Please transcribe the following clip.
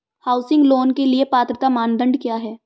Housing loan के लिए पात्रता मानदंड क्या हैं?